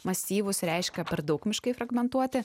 masyvūs reiškia per daug miškai fragmentuoti